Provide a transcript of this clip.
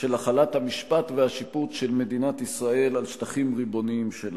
של החלת המשפט והשיפוט של מדינת ישראל על שטחים ריבוניים שלה.